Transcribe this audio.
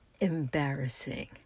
embarrassing